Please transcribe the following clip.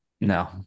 No